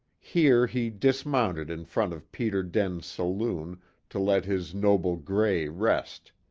here he dismounted in front of peter den's saloon to let his noble gray rest.